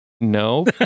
no